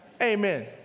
Amen